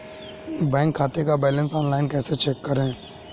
Bank खाते का balance online कैसे चेक करें?